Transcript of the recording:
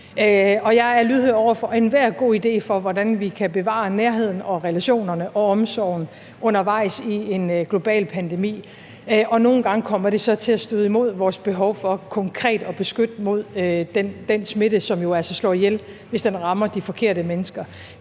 Jeg er lydhør over for enhver god idé til, hvordan vi kan bevare nærheden og relationerne og omsorgen undervejs i en global pandemi. Nogle gange kommer det så til at støde imod vores behov for konkret at beskytte mod den smitte, som jo altså slår ihjel, hvis den rammer de forkerte mennesker.